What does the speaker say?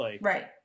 Right